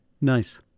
Nice